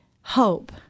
hope